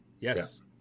yes